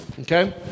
Okay